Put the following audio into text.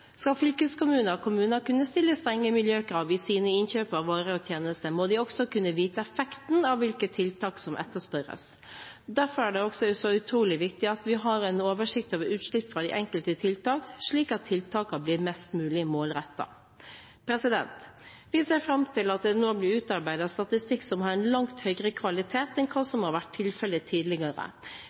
Skal fylkeskommuner og kommuner kunne stille strenge miljøkrav i sine innkjøp av varer og tjenester, må de også kunne vite effekten av hvilke tiltak som etterspørres. Derfor er det også så utrolig viktig at vi har en oversikt over utslipp fra de enkelte tiltak, slik at tiltakene blir mest mulig målrettede. Vi ser fram til at det nå blir utarbeidet statistikk som har en langt høyere kvalitet enn hva som har vært tilfellet tidligere.